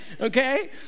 Okay